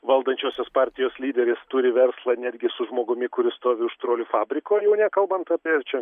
valdančiosios partijos lyderis turi verslą netgi su žmogumi kuris stovi už trolių fabriko jau nekalbant apie čia